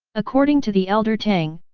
according to the elder tang,